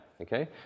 okay